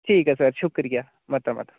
ठीक ऐ सर शुक्रिया मता मता